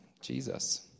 Jesus